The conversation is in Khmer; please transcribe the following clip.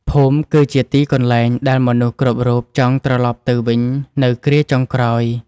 ភូមិគឺជាទីកន្លែងដែលមនុស្សគ្រប់រូបចង់ត្រឡប់ទៅវិញនៅគ្រាចុងក្រោយ។